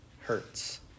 hurts